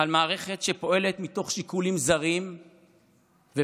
על מערכת שפועלת מתוך שיקולים זרים ופסולים?